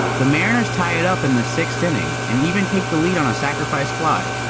the mariners tie it up in the sixth inning and even take the lead on a sacrifice fly.